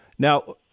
Now